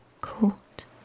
caught